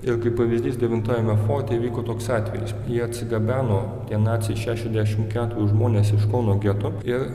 ir kaip pavyzdys devintajame forte įvyko toks atvejis jie atsigabeno tie naciai šešiadešimt keturis žmones iš kauno geto ir